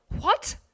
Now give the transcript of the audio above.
What